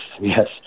yes